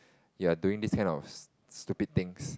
you are doing this kind of stupid things